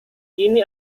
ini